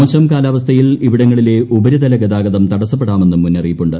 മോശം കാലാവസ്ഥയിൽ ഇവിടങ്ങളിലെ ഉപരിതല ഗതാഗതം തടസ്സപ്പെടാമെന്നും മുന്നറിയിപ്പുണ്ട്